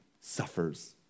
suffers